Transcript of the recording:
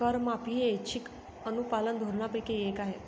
करमाफी ही ऐच्छिक अनुपालन धोरणांपैकी एक आहे